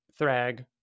Thrag